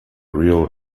real